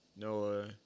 Noah